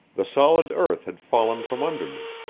the solid earth had fallen from under me,